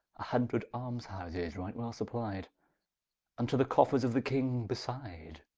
a hundred almes-houses, right well supply'd and to the coffers of the king beside,